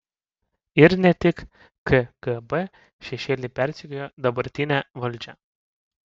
ir ne tik kgb šešėliai persekiojo dabartinę valdžią